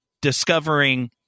discovering